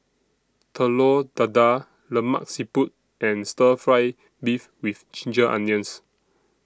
Telur Dadah Lemak Siput and Stir Fry Beef with Ginger Onions